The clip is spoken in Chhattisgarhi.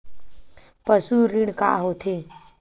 पशु ऋण का होथे?